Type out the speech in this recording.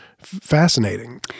Fascinating